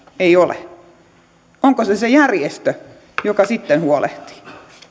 ei ole onko se se järjestö joka sitten huolehtii